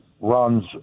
runs